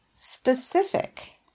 specific